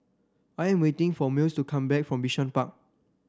I am waiting for Mills to come back from Bishan Park